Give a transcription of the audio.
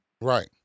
Right